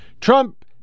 Trump